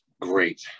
great